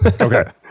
Okay